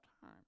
time